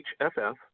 HFF